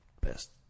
best